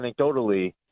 anecdotally